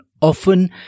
often